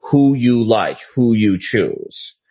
who you like, who you choose?